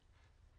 אין.